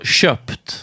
köpt